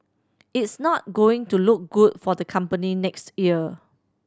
it's not going to look good for the company next year